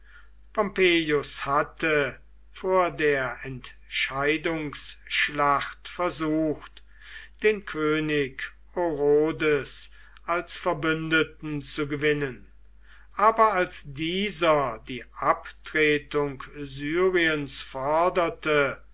hatte vor der entscheidungsschlacht versucht den könig orodes als verbündeten zu gewinnen aber als dieser die abtretung syriens forderte